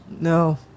No